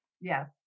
Yes